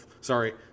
Sorry